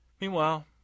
Meanwhile